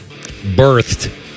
birthed